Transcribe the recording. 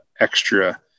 extra